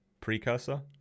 Precursor